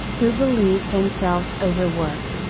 who believe themselves overworked,